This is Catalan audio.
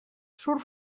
surt